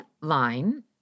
line